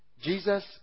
Jesus